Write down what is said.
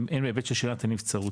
והן בהיבט של שאלת הנבצרות,